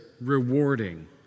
rewarding